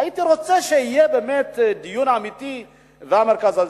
הייתי רוצה שיהיה דיון אמיתי על המרכז הזה.